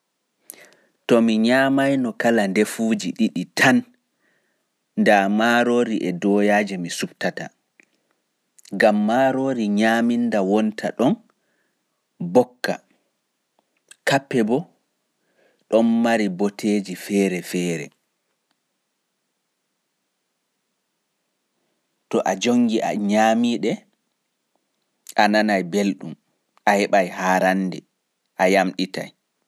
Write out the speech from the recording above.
To mi nyaamaino ndefuuji ɗiɗi tan ndaa maarori e doyaaje mi suptata gam maarori nyaaminda wonta ɗon bokka. Kappe boo ɗon mari ɓoteeji feere feere.